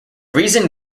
reason